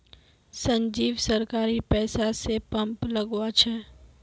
संजीव सरकारी पैसा स पंप लगवा छ